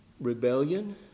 rebellion